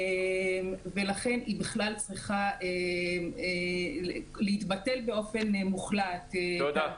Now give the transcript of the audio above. פקודה זו צריכה להתבטל באופן מוחלט, תודה.